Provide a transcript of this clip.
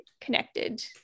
connected